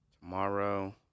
Tomorrow